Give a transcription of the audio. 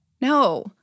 no